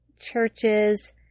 churches